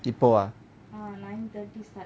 இப்போவே:ipova